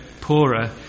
poorer